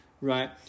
right